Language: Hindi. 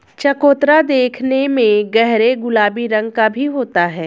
चकोतरा देखने में गहरे गुलाबी रंग का भी होता है